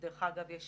דרך אגב, יש